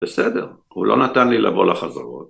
בסדר, הוא לא נתן לי לבוא לחזרות.